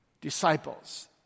Disciples